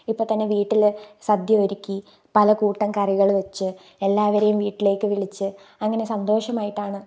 ഇപ്പോൾത്തന്നെ വീട്ടിൽ സദ്യ ഒരുക്കി പലകൂട്ടം കറികൾ വച്ച് എല്ലാവരെയും വീട്ടിലേക്ക് വിളിച്ച് അങ്ങനെ സന്തോഷമായിട്ടാണ്